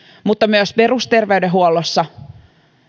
mutta myös perusterveydenhuollossa